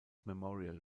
memorial